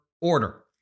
order